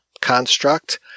construct